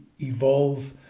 evolve